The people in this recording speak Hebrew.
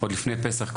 עוד לפני פסח,